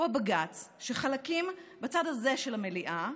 הוא הבג"ץ שחלקים בצד הזה של המליאה,